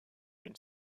une